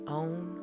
own